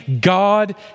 God